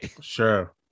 sure